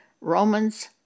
Romans